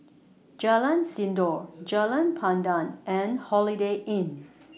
Jalan Sindor Jalan Pandan and Holiday Inn